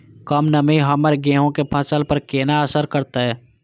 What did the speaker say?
कम नमी हमर गेहूँ के फसल पर केना असर करतय?